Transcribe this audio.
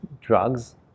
drugs